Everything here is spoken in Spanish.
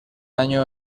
año